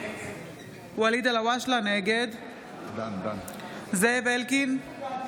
נגד זאב אלקין,